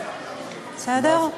בסדר?